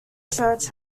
church